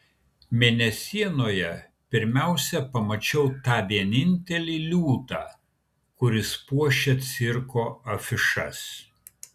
mėnesienoje pirmiausia pamačiau tą vienintelį liūtą kuris puošia cirko afišas